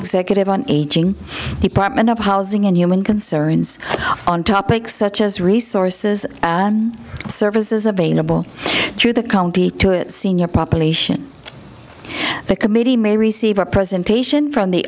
executive on aging department of housing and human concerns on topics such as resources and services available through the county to its senior population the committee may receive a presentation from the